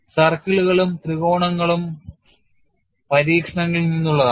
സർക്കിളുകളും ത്രികോണങ്ങളും പരീക്ഷണങ്ങളിൽ നിന്നുള്ളതാണ്